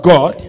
God